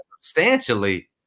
substantially